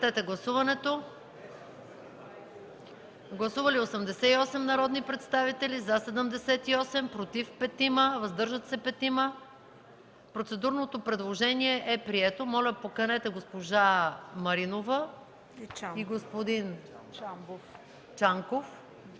Бъчварова. Гласували 88 народни представители: за 78, против 5, въздържали се 5. Процедурното предложение е прието. Моля, поканете госпожа Маринова и господин Чамбов